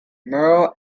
merle